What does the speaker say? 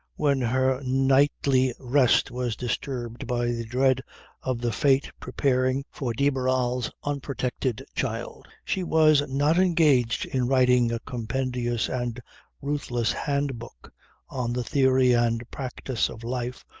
when her nightly rest was disturbed by the dread of the fate preparing for de barral's unprotected child, she was not engaged in writing a compendious and ruthless hand-book on the theory and practice of life,